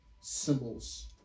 symbols